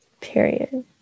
Period